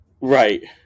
Right